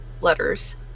letters